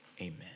amen